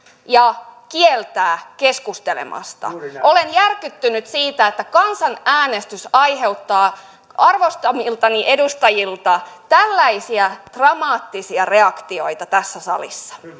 ja kieltää keskustelemasta olen järkyttynyt siitä että kansanäänestys aiheuttaa arvostamiltani edustajilta tällaisia dramaattisia reaktioita tässä salissa